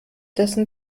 dessen